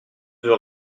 veux